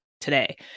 today